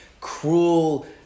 cruel